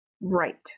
Right